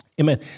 Amen